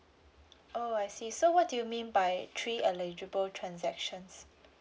oh I see so what do you mean by three eligible transactions